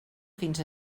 fins